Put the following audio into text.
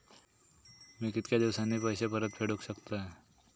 मी कीतक्या दिवसांनी पैसे परत फेडुक शकतय?